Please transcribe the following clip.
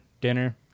dinner